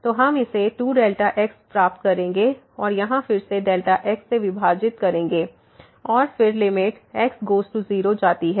तो हम इसे 2Δx प्राप्त करेंगे और यहां फिर से Δx से विभाजित करेंगे और फिर लिमिट x गोज़ टू 0 हो जाती है